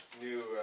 new